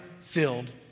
filled